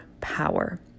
power